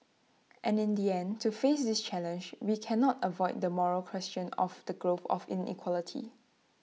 and in the end to face this challenge we cannot avoid the moral question of the growth of inequality